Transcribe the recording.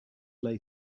lay